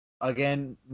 again